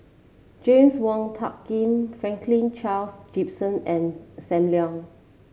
James Wong Tuck Yim Franklin Charles Gimson and Sam Leong